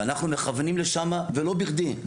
אנחנו מכוונים לשם ולא בכדי.